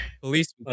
Police